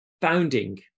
bounding